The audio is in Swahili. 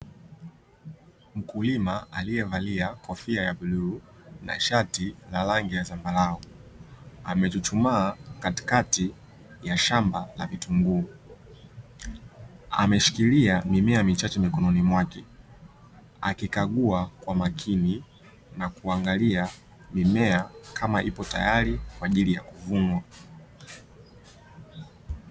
Mkulima aliyevaa kofia ya bluu na shati la rangi ya zambarau amechuchumaa katikati ya shamba la vitunguu; ameshikilia mimea michache mikononi mwake, akikagua kwa makini na kuangalia mimea kama ipo tayari kwa ajili ya kuvunwa.